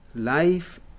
Life